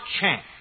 chance